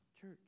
Church